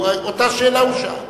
אותה שאלה הוא שאל.